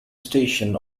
station